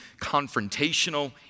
confrontational